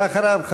ואחריו,